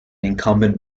incumbent